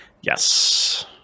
yes